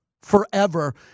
forever